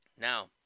Now